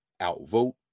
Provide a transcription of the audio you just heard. outvote